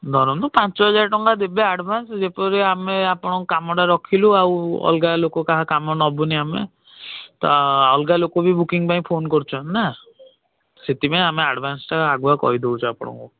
ଧରନ୍ତୁ ପାଞ୍ଚ ହଜାର ଟଙ୍କା ଦେବେ ଆଡ଼ଭାନ୍ସ ଯେପରି ଆମେ ଆପଣଙ୍କ କାମଟା ରଖିଲୁ ଆଉ ଅଲଗା ଲୋକ କାହା କାମ ନେବୁନି ଆମେ ତ ଅଲଗା ଲୋକ ବି ବୁକିଂ ପାଇଁ ଫୋନ୍ କରୁଛନ୍ତିନା ସେଥିପାଇଁ ଆମେ ଆଡ଼ଭାନ୍ସଟା ଆଗୁଆ କହି ଦେଉଛୁ ଆପଣଙ୍କୁ